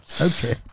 Okay